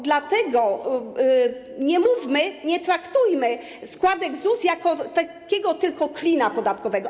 Dlatego nie traktujmy składek ZUS jako takiego tylko klina podatkowego.